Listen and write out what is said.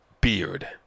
beard